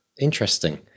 interesting